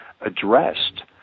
addressed